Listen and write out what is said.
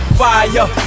fire